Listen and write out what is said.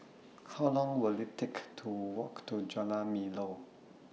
How Long Will IT Take to Walk to Jalan Melor